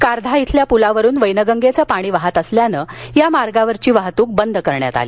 कारधा इथल्या पुलावरून वैनगंगेचं पाणी वाहत असल्यानं या मार्गावरून वाहतूक बंद करण्यात आली